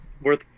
worth